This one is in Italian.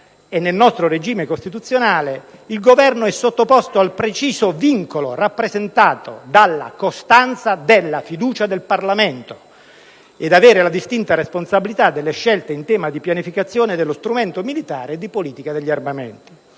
Nel nostro regime costituzionale il Governo è sottoposto al preciso vincolo rappresentato dalla costanza della fiducia del Parlamento e dall'avere la distinta responsabilità delle scelte in tema di pianificazione dello strumento militare e di politica degli armamenti.